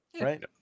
Right